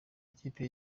ikipe